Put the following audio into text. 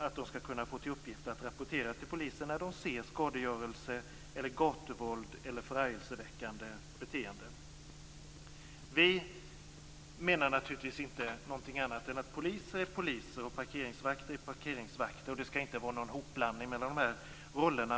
De skall likaså kunna få till uppgift att rapportera till polisen när de ser skadegörelse, gatuvåld eller förargelseväckande beteende. Vi menar naturligtvis inte någonting annat än att poliser är poliser och att parkeringsvakter är parkeringsvakter. Det skall inte vara någon ihopblandning av dessa roller.